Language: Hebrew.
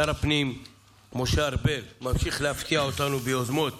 שר הפנים משה ארבל ממשיך להפתיע אותנו ביוזמות